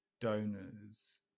donors